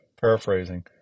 paraphrasing